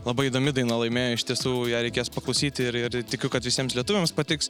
labai įdomi daina laimėjo iš tiesų ją reikės paklausyti ir tikiu kad visiems lietuviams patiks